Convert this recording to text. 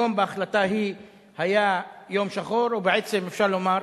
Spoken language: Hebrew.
היום בהחלטה ההיא היה יום שחור, ובעצם אפשר לומר,